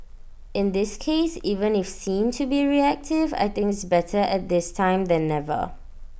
in this case even if seen to be reactive I think it's better at this time than never